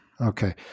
Okay